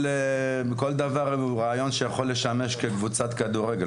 כל דבר הוא רעיון שיכול לשמש כקבוצת כדורגל.